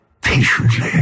patiently